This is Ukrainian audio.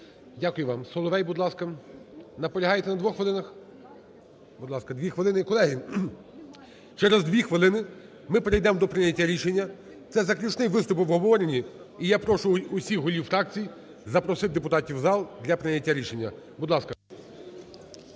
Дякую вам. Соловей, будь ласка. Наполягаєте на 2 хвилинах? Будь ласка, 2 хвилини. Колеги, через 2 хвилини ми перейдемо до прийняття рішення, це заключний виступ в обговоренні. І я прошу усіх голів фракцій запросити депутатів в зал для прийняття рішення. Будь ласка.